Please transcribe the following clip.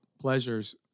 pleasures